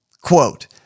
Quote